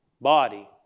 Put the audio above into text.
body